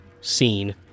scene